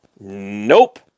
Nope